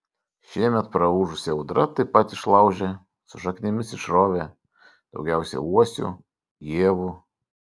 šiemet praūžusi audra taip pat išlaužė su šaknimis išrovė daugiausiai uosių ievų